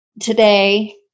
today